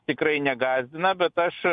tikrai negąsdina bet aš